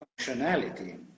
functionality